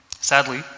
Sadly